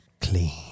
Clean